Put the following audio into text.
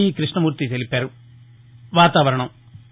ఈ కృష్ణమూర్తి తెలిపారు